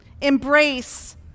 Embrace